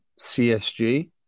CSG